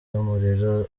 y’umuriro